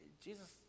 Jesus